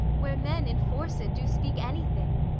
where men enforced do speak anything.